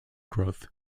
growth